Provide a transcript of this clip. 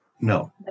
no